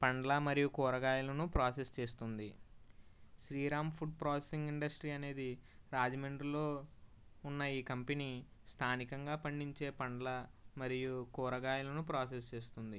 పళ్ళ మరియు కూరగాయలను ప్రొసెస్ చేస్తుంది శ్రీరామ్ ఫుడ్ ప్రోసెసింగ్ ఇండస్ట్రీ అనేది రాజమండ్రిలో ఉన్న ఈ కంపెనీ స్థానికంగా పండించే పళ్ళ మరియు కూరగాయలను ప్రోసెస్ చేస్తుంది